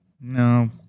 No